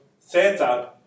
theta